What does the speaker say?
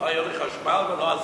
לא היו לי חשמל ולא הסקה.